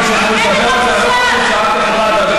אני מציע שבנושא הזה את לא תדברי.